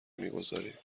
میگذاریم